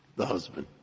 the husband.